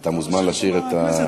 אתה מוזמן לשיר את השיר.